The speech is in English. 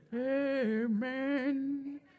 Amen